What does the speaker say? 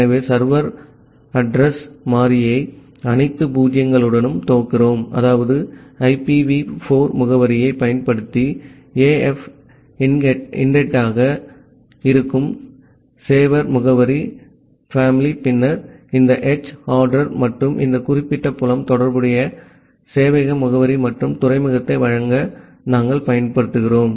ஆகவே சர்வர்ஆட்ர்ஸ் மாறியை அனைத்து பூஜ்ஜியங்களுடனும் துவக்குகிறோம் அதாவது ஐபிவி 4 முகவரியைப் பயன்படுத்த ஏஎஃப் இன்டெட்டாக இருக்கும் செவர் முகவரி பேமிலி பின்னர் இந்த எச் அட்ரர் மற்றும் இந்த குறிப்பிட்ட புலம் தொடர்புடைய சேவையக முகவரி மற்றும் போர்ட் எண் வழங்க நாங்கள் பயன்படுத்துகிறோம்